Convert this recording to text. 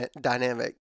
dynamic